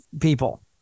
people